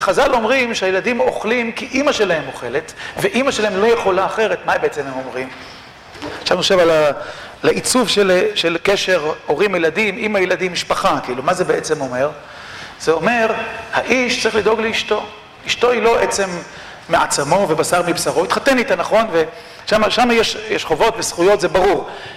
חז"ל אומרים שהילדים אוכלים כי אימא שלהם אוכלת ואימא שלהם לא יכולה אחרת, מה בעצם הם אומרים? עכשיו נשב על העיצוב של קשר הורים-ילדים עם הילדים-משפחה כאילו מה זה בעצם אומר? זה אומר, האיש צריך לדאוג לאשתו אשתו היא לא עצם מעצמו ובשר מבשרו התחתן איתה נכון? ושם יש חובות וזכויות זה ברור